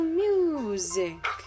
music